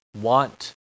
want